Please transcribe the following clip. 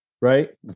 right